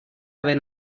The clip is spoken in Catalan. haver